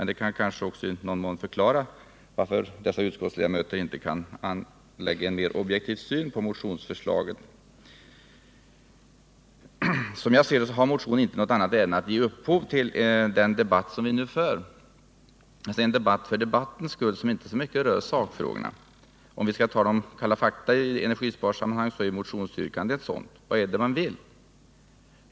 Det kanske också i någon mån förklarar varför dessa utskottsledamöter inte kan anlägga en mer objektiv syn på motionsförslaget. Som jag ser det har motionen inte något annat ärende än att ge upphov till den debatt som vi nu för — en debatt för debattens skull, som inte så mycket rör sakfrågorna. Om vi skall tala om ”kalla” fakta i energisparsammanhang så är motionsyrkandet ett sådant. Vad är det man vill?